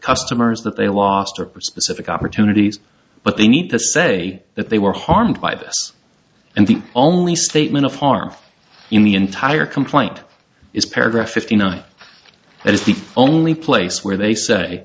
customers that they lost or perspex ific opportunities but they need to say that they were harmed by this and the only statement of harm in the entire complaint is paragraph fifty nine and it's the only place where they say